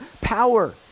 power